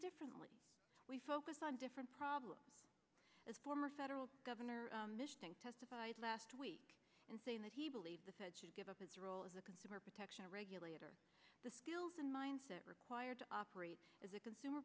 differently we focus on different problems as a former federal governor testified last week in saying that he believes the fed should give up his role as a consumer protection regulator the skills and mindset required to operate as a consumer